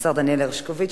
השר דניאל הרשקוביץ,